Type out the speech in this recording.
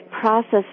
process